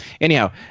Anyhow